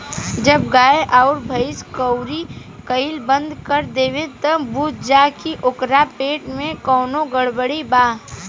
जब गाय अउर भइस कउरी कईल बंद कर देवे त बुझ जा की ओकरा पेट में कवनो गड़बड़ी बा